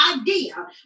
idea